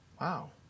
Wow